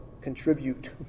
contribute